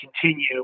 continue